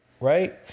Right